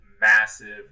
massive